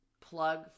plug